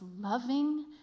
loving